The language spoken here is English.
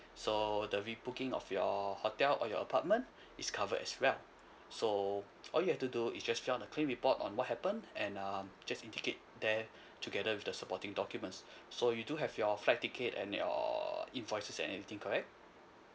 so the rebooking of your hotel or your apartment is covered as well so all you have to do is just fill up the claim report on what happened and um just indicate there together with the supporting documents so you do have your flight ticket and your invoices and everything correct